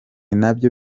nabyo